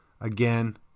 again